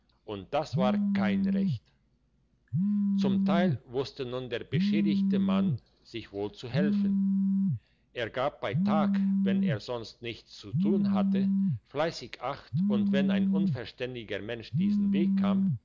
und das war kein recht zum teil wusste nun der beschädigte mann sich wohl zu helfen er gab bei tag wenn er sonst nichts zu tun hatte fleissig acht und wenn ein unverständiger mensch diesen weg kam